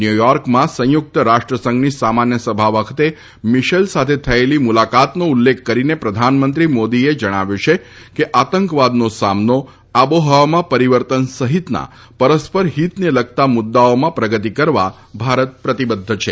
ન્યૂયોર્કમાં સંયુક્ત રાષ્ટ્રસંઘની સામાન્ય સભા વખતે મિશેલ સાથે થયેલી મુલાકાતનો ઉલ્લેખ કરીને પ્રધાનમંત્રી મોદીએ જણાવ્યું છે કે આતંકવાદનો સામનો આબોહવામાં પરિવર્તન સહિતના પરસ્પર હિતને લગતાં મુદ્દાઓમાં પ્રગતિ કરવા ભારત પ્રતિબદ્ધ છે